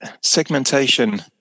segmentation